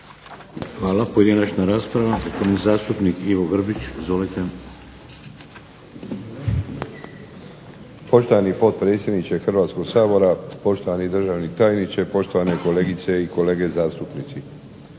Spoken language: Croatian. Hvala. Pojedinačna rasprava. Gospodin zastupnik Ivo Grbić. Izvolite. **Grbić, Ivo (HDZ)** Poštovani potpredsjedniče Hrvatskoga sabora, poštovani državni tajniče, poštovane kolegice i kolege zastupnici.